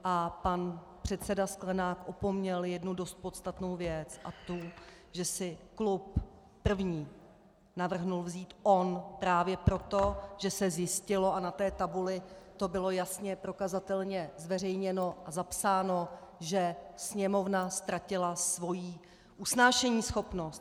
A pan předseda Sklenák opomněl jednu dost podstatnou věc, a to že si klub první navrhl vzít on právě proto, že se zjistilo, a na té tabuli to bylo jasně prokazatelně zveřejněno a zapsáno, že se Sněmovna ztratila svoji usnášeníschopnost.